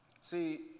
See